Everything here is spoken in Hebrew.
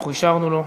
אנחנו אישרנו לו.